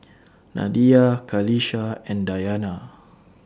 Nadia Qalisha and Dayana